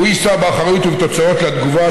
והוא יישא באחריות ובתוצאות לתגובה,